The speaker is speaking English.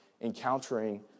encountering